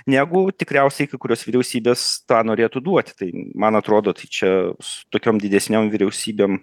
negu tikriausiai kai kurios vyriausybės tą norėtų duoti tai man atrodo tai čia su tokiom didesnėm vyriausybėm